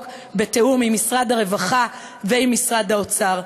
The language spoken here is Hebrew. בתיאום עם משרד הרווחה ועם משרד האוצר.